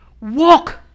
Walk